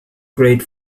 great